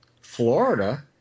Florida